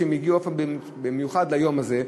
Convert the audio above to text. שהם הגיעו במיוחד ליום הזה,